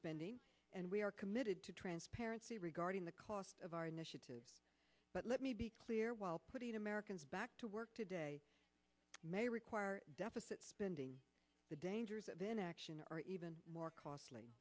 spending and we are committed to transparency regarding the cost of our initiatives but let me be clear while putting americans back to work today may require deficit spending the dangers of inaction are even more costly